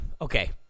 Okay